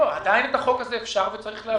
עדיין את החוק הזה אפשר וצריך להעביר.